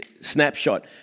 snapshot